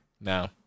no